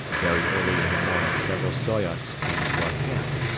very early in the morning several soyots came to our camp.